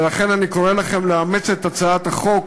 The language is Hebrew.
ולכן אני קורא לכם לאמץ את הצעת החוק